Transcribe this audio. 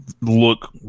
look